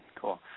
cool